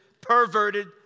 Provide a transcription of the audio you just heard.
perverted